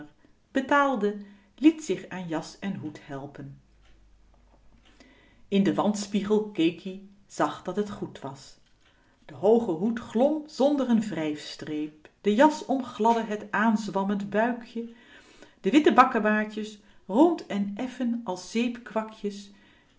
betaalde liet zich aan jas en hoed helpen in den wandspiegel keek ie zag dat het goed was de hooge hoed glom zonder n wrijfstreep de jas omgladde het aanzwammend buikje de witte bakkebaardjes rond en effen als zeepkwakjes